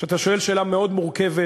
שאתה שואל שאלה מאוד מורכבת,